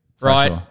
Right